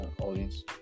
audience